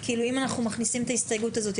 אם אנחנו מכניסים את ההסתייגות הזו,